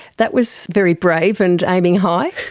that was very brave and aiming high!